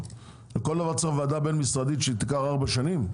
לכל דבר צריך ועדה בין משרדית שתיקח ארבע שנים?